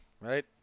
right